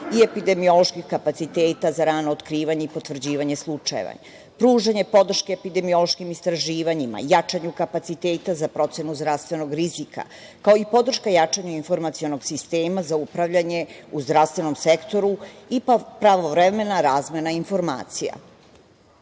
i epidemioloških kapaciteta za rano otkrivanje i potvrđivanje slučajeva, pružanje podrške epidemiološkim istraživanjima, jačanju kapaciteta za procenu zdravstvenog rizika, kao i podrška jačanju informacionog sistema za upravljanje u zdravstvenom sektoru i pravovremena razmena informacija. Projekat